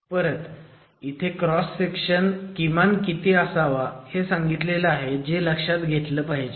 परत इथे किमान क्रॉस सेक्शन चा आकार सांगितलेला आहे जो लक्षात घेतला पाहिजे